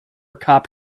cop